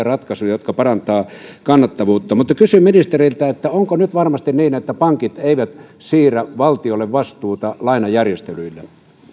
ratkaisuja jotka parantavat kannattavuutta kysyn ministeriltä onko nyt varmasti niin että pankit eivät siirrä valtiolle vastuuta lainajärjestelyillä